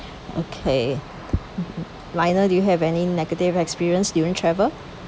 lional do you have any negative experience during travel